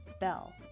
Bell